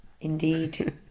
Indeed